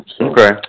okay